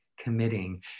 committing